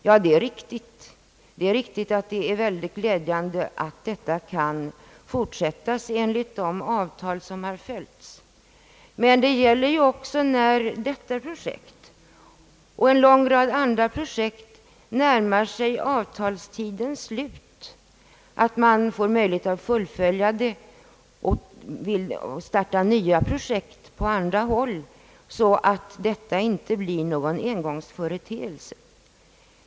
Ja, det är riktigt att det är ytterst glädjande att detta kan fortsätta enligt de avtal som har träffats. Men det gäller ju också när detta projekt och en lång rad andra projekt närmar sig avtalstidens slut, att man får möjlighet att fullfölja dem och starta nya projekt på andra håll, så att detta inte blir någon engångsföreteelse.